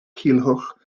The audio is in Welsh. culhwch